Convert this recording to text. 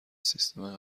سیستم